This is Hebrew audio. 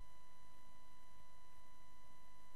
מביאה